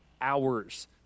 hours